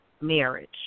marriage